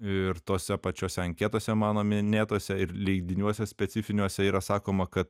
ir tose pačiose anketose mano minėtuose ir leidiniuose specifiniuose yra sakoma kad